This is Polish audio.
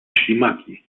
ślimaki